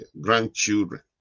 grandchildren